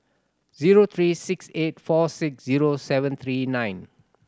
zero three six eight four six zero seven three nine